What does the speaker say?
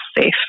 safe